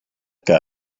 que